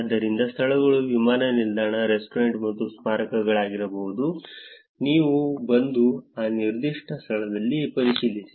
ಆದ್ದರಿಂದ ಸ್ಥಳಗಳು ವಿಮಾನ ನಿಲ್ದಾಣ ರೆಸ್ಟೋರೆಂಟ್ ಮತ್ತು ಸ್ಮಾರಕಗಳಾಗಿರಬಹುದು ನೀವು ಬಂದು ಆ ನಿರ್ದಿಷ್ಟ ಸ್ಥಳದಲ್ಲಿ ಪರಿಶೀಲಿಸಿ